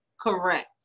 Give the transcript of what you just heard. correct